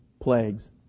plagues